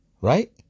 Right